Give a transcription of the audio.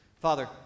Father